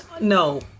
no